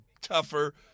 tougher